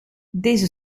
deze